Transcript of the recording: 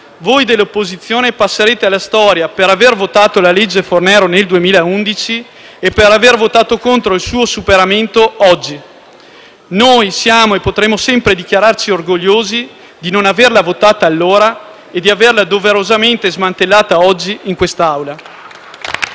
voi dell'opposizione passerete alla storia per aver votato la legge Fornero nel 2011 e contro il suo superamento oggi. Siamo e potremo sempre dichiararci orgogliosi di non averla votata allora e di averla doverosamente smantellata oggi in quest'Aula.